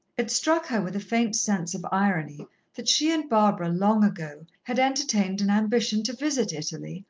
it struck her with a faint sense of irony that she and barbara, long ago, had entertained an ambition to visit italy,